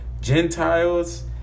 Gentiles